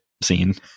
scene